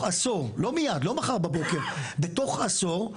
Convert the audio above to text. עשור, לא מיד, לא מחר בבוקר, בתוך עשור,